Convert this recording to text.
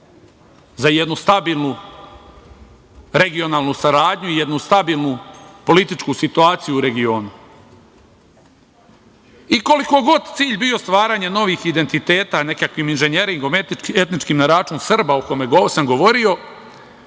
za jednu stabilnu regionalnu saradnju, jednu stabilnu političku situaciju u regionu. Koliko god cilj bio stvaranje novih identiteta nekakvim inženjeringom etničkim na račun Srba, o kome sam govorio,